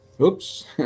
oops